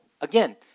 Again